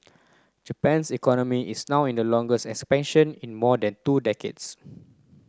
Japan's economy is now in the longest expansion in more than two decades